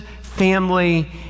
family